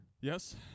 Yes